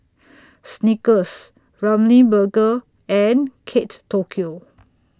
Snickers Ramly Burger and Kate Tokyo